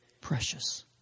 precious